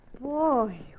Boy